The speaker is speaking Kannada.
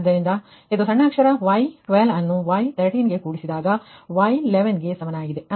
ಆದ್ದರಿಂದ ಇದು ಸಣ್ಣ ಅಕ್ಷರ y12 ನ್ನು y13 ಗೆ ಕೂಡಿಸಿದಾಗ Y11 ಗೆ ಸಮಾನಗಿದೆ